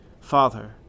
Father